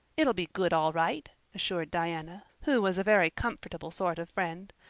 it'll be good, all right, assured diana, who was a very comfortable sort of friend.